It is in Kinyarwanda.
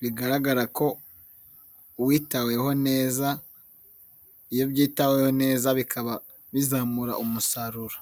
bigaragara ko uwitaweho neza, iyo byitaweyeho neza bikaba bizamura umusaruro.